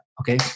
Okay